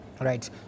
Right